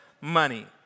money